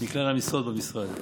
מכלל המשרות במשרד.